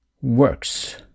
works